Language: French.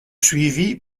suivi